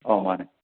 ꯑꯥꯎ ꯃꯥꯅꯦ